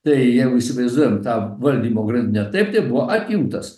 tai jeigu įsivaizduojam tą valdymo grandinę taip tai buvo atjungtas